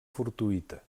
fortuïta